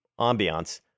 ambiance